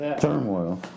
turmoil